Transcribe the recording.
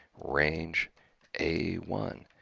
range a one,